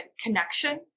connection